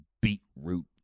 beetroot